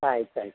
ಆಯ್ತು ಆಯ್ತು